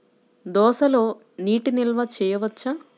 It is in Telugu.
దోసలో నీటి నిల్వ చేయవచ్చా?